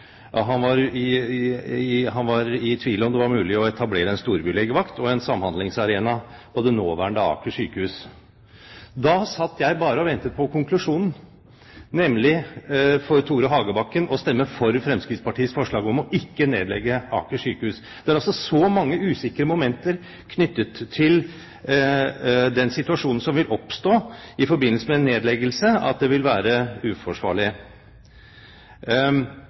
Han var i tvil om det var mulig å etablere en storbylegevakt og en samhandlingsarena på det nåværende Aker sykehus. Da satt jeg bare og ventet på konklusjonen, nemlig for Tore Hagebakken å stemme for Fremskrittspartiets forslag om ikke å nedlegge Aker sykehus. Det er så mange usikre momenter knyttet til den situasjonen som vil oppstå i forbindelse med nedleggelse, at det vil være uforsvarlig.